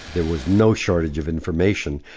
there was no shortage of information.